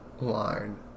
line